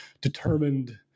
determined